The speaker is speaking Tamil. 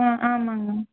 ஆ ஆமாம்ங்கண்ணா